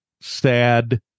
sad